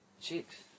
Chicks